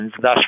thus